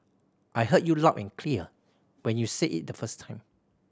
I heard you loud and clear when you said it the first time